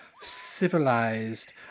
civilized